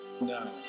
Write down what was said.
No